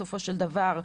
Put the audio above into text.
בסופו של דבר,